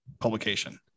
publication